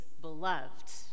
beloved